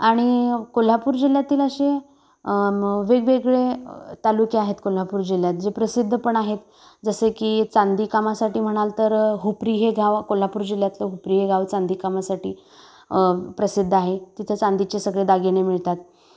आणि कोल्हापूर जिल्ह्यातील असे वेगवेगळे तालुके आहेत कोल्हापूर जिल्ह्यात जे प्रसिद्ध पण आहेत जसे की चांदी कामासाठी म्हणाल तर हुपरी हे गाव कोल्हापूर जिल्ह्यातलं हुपरी हे गाव चांदीकामासाठी प्रसिद्ध आहे तिथे चांदीचे सगळे दागिने मिळतात